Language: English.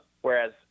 whereas